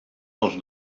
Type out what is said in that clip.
els